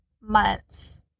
months